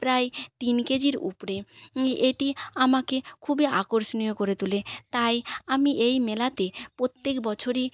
প্রায় তিন কেজির উপরে এটি আমাকে খুবই আকর্ষণীয় করে তোলে তাই আমি এই মেলাতে প্রত্যেক বছরই